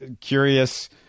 curious